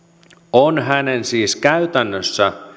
on hänen siis käytännössä